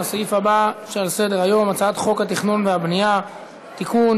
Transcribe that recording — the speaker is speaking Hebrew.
לסעיף הבא שעל סדר-היום: הצעת חוק התכנון והבנייה (תיקון,